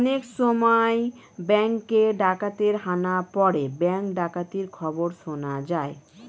অনেক সময় ব্যাঙ্কে ডাকাতের হানা পড়ে ব্যাঙ্ক ডাকাতির খবর শোনা যায়